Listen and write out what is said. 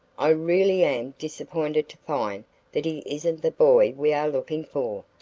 i really am disappointed to find that he isn't the boy we are looking for,